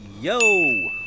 Yo